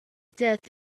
death